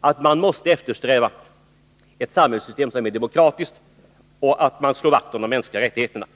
att man måste eftersträva ett samhällssystem som är demokratiskt och att man måste slå vakt om de mänskliga rättigheterna.